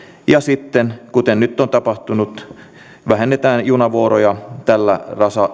ja sitten kuten nyt on tapahtunut vähennetään junavuoroja tällä